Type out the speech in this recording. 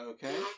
Okay